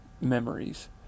memories